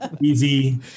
Easy